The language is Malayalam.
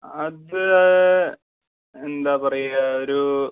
അത് എന്താ പറയുക ഒരു